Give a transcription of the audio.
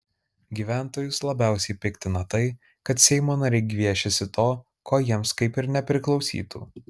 gyventojus labiausiai piktina tai kad seimo nariai gviešiasi to ko jiems kaip ir nepriklausytų